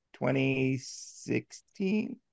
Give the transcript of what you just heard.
2016